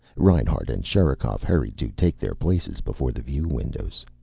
reinhart and sherikov hurried to take their places before the view windows.